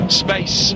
space